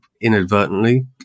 inadvertently